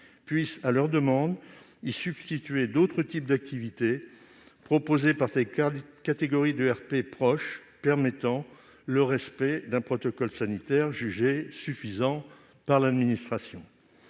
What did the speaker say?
puissent, sur leur demande, y substituer d'autres activités, proposées par des catégories proches d'ERP et dans le respect d'un protocole sanitaire jugé suffisant par l'administration.